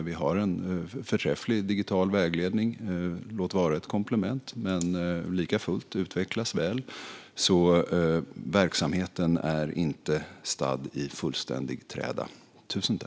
Vi har en förträfflig digital vägledning, låt vara ett komplement, som likafullt utvecklas väl. Verksamheten är alltså inte lagd i fullständig träda.